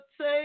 say